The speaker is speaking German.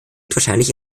wahrscheinlich